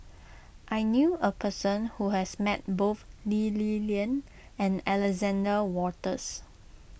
I knew a person who has met both Lee Li Lian and Alexander Wolters